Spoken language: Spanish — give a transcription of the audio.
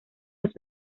los